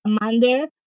Amanda